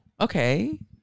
okay